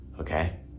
Okay